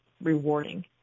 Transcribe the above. rewarding